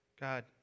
God